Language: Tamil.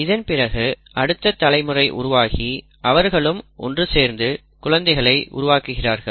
இதன் பிறகு அடுத்த தலைமுறை உருவாகி அவர்களும் ஒன்று சேர்ந்து குழந்தைகளை உருவாக்குகிறார்கள்